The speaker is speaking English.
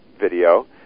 video